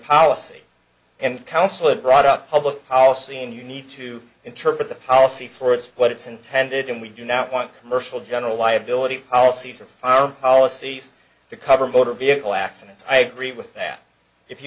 policy and council it brought up public policy and you need to interpret the policy for it's what it's intended and we do not want commercial general liability policies or fire policies to cover motor vehicle accidents i agree with that if he